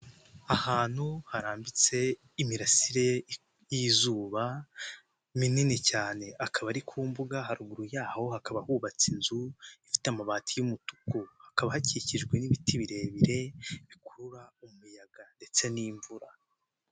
Ahantu harambitse imirasire y'izuba minini cyane, hakaba ari ku mbuga, haruguru yaho hakaba hubatse inzu ifite amabati y'umutuku, hakaba hakikijwe n'ibiti birebire bikurura umuyaga ndetse n'imvura.